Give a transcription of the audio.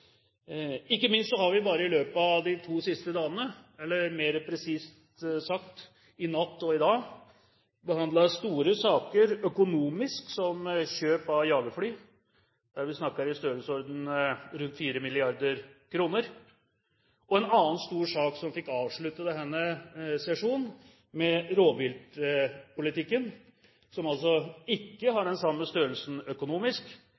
Ikke minst har vi bare i løpet av de to siste dagene, eller mer presist sagt, i natt og i dag, behandlet store saker økonomisk, som kjøp av jagerfly, der vi snakker om en størrelsesordenen på rundt 4 mrd. kr. En annen stor sak som fikk avslutte denne sesjonen, var forliket om rovviltpolitikken, som altså ikke har den samme størrelsen økonomisk,